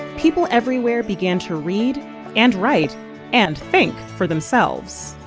people everywhere began to read and write and think for themselves.